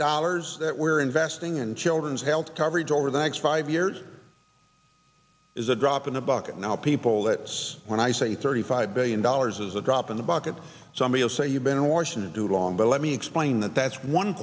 dollars that we're investing in children's health coverage over the next five years is a drop in the bucket now people that's when i say thirty five billion dollars is a drop in the bucket somebody will say you've been in washington too long but let me explain that that's one